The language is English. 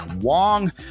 Wong